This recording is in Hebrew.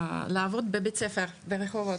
התחלתי לעבוד בבית ספר ברחובות.